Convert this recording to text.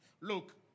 Look